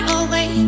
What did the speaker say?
away